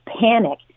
panic